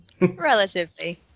Relatively